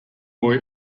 boy